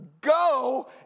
Go